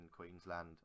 Queensland